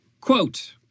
Quote